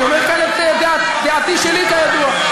אני אומר כאן את דעתי שלי, כידוע.